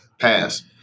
pass